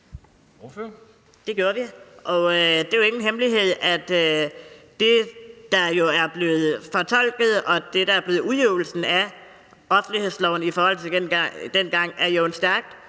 Det gjorde vi, og det er jo ingen hemmelighed, at det, der er blevet fortolkningen, og det, der er blevet udøvelsen af offentlighedsloven i forhold til dengang, jo er en stærkt